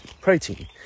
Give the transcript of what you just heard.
protein